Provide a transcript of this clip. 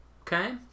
okay